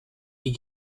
des